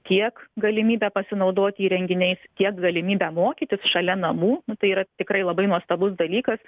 tiek galimybę pasinaudoti įrenginiais tiek galimybę mokytis šalia namų nu tai yra tikrai labai nuostabus dalykas